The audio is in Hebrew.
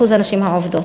אחוז הנשים העובדות.